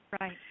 Right